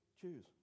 choose